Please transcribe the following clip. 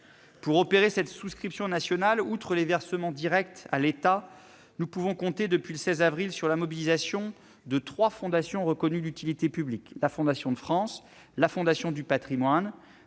Pour opérer cette souscription nationale, outre les versements directs à l'État, nous pouvons compter, depuis le 16 avril, sur la mobilisation de trois fondations reconnues d'utilité publique- la Fondation de France, la Fondation du Patrimoine